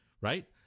right